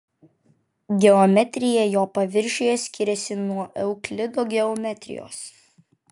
geometrija jo paviršiuje skiriasi nuo euklido geometrijos